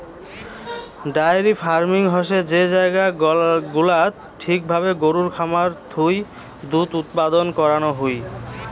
diary farming হসে যে জায়গা গুলাত ঠিক ভাবে গরুর খামার থুই দুধ উৎপাদন করানো হুই